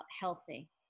healthy